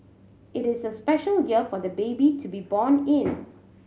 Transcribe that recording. it is a special year for the baby to be born in